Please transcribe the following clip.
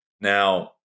now